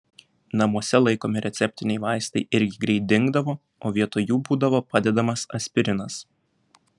namuose laikomi receptiniai vaistai irgi greit dingdavo o vietoj jų būdavo padedamas aspirinas